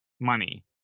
money